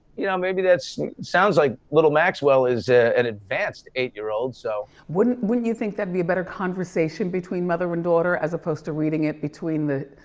you know, maybe that's sounds like little maxwell is an advanced eight-year-old, so. wouldn't wouldn't you think that'd be a better conversation between mother and daughter, as opposed to reading it between the